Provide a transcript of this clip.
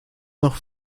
noch